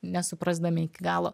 nesuprasdami iki galo